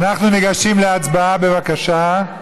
אנחנו ניגשים להצבעה, בבקשה.